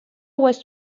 was